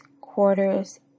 quarters